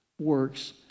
works